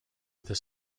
this